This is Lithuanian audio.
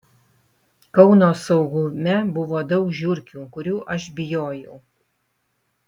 kauno saugume buvo daug žiurkių kurių aš bijojau